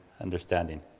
understanding